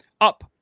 up